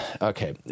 Okay